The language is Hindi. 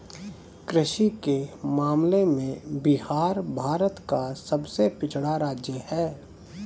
कृषि के मामले में बिहार भारत का सबसे पिछड़ा राज्य है